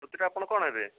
ସ୍ମୃତିର ଆପଣ କ'ଣ ହେବେ